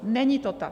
Není to tak.